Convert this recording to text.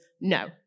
no